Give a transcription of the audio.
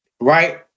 Right